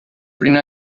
pretty